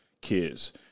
kids